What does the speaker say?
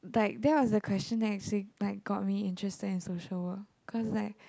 like that was the question that actually like got me interested in social work cause like